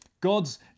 God's